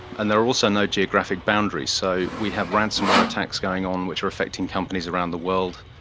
and there are also no geographic boundaries. so we have ransomware attacks going on which are affecting companies around the world.